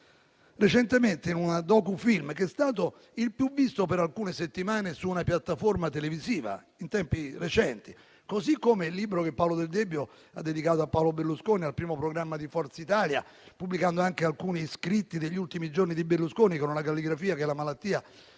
aziende. Recentemente, un docufilm su di lui è stato il più visto, per alcune settimane, su una piattaforma televisiva; così come il libro che Paolo Del Debbio ha dedicato a Silvio Berlusconi, al primo programma di Forza Italia, pubblicando anche alcuni scritti degli ultimi giorni di Berlusconi, con una calligrafia che la malattia